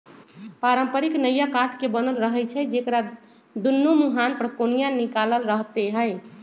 पारंपरिक नइया काठ के बनल रहै छइ जेकरा दुनो मूहान पर कोनिया निकालल रहैत हइ